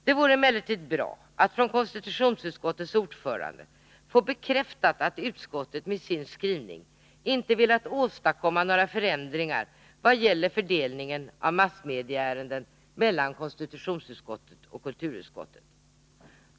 Det vore emellertid bra att från konstitutionsutskottets ordförande få bekräftat att utskottet med sin skrivning inte velat åstadkomma några förändringar i vad gäller fördelningen av massmedieärenden mellan konstitutionsutskottet och kulturutskottet.